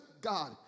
God